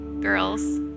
girls